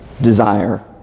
desire